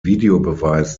videobeweis